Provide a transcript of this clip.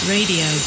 Radio